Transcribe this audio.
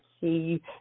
see